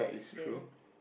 ya